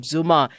Zuma